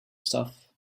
stuff